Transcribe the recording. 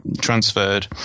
transferred